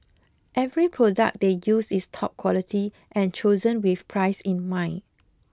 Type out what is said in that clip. every product they use is top quality and chosen with price in mind